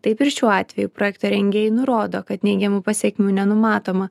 taip ir šiuo atveju projekto rengėjai nurodo kad neigiamų pasekmių nenumatoma